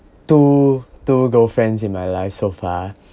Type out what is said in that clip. two two girlfriends in my life so far